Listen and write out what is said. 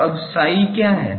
तो अब chi क्या है